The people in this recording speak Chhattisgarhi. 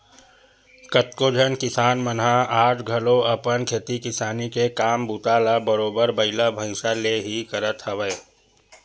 कतको झन किसान मन ह आज घलो अपन खेती किसानी के काम बूता ल बरोबर बइला भइसा ले ही करत हवय